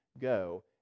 go